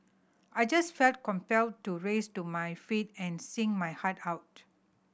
I just felt compelled to rise to my feet and sing my heart out